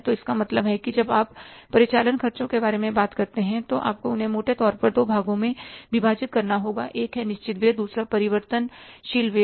तो इसका मतलब है कि जब आप परिचालन खर्चों के बारे में बात करते हैं तो आपको उन्हें मोटे तौर पर दो भागों में विभाजित करना होगा एक है निश्चित व्यय दूसरा परिवर्तनशील व्यय